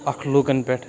اَکھ لوٗکَن پٮ۪ٹھ